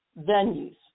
venues